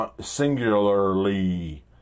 singularly